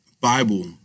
Bible